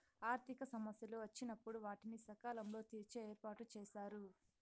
ఆర్థిక సమస్యలు వచ్చినప్పుడు వాటిని సకాలంలో తీర్చే ఏర్పాటుచేశారు